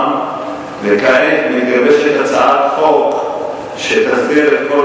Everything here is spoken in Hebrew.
וכעת מתגבשת הצעת חוק שתסדיר את כל